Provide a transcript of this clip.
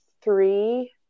three